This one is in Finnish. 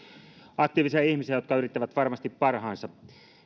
aktiivisia ihmisiä jotka yrittävät varmasti parhaansa